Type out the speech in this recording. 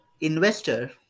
investor